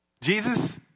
Jesus